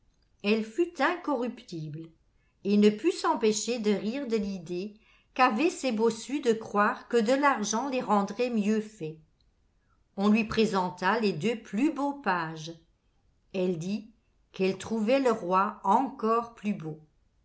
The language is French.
elle fut incorruptible et ne put s'empêcher de rire de l'idée qu'avaient ces bossus de croire que de l'argent les rendrait mieux faits on lui présenta les deux plus beaux pages elle dit qu'elle trouvait le roi encore plus beau